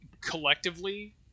collectively